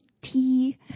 tea